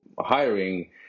hiring